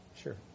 Sure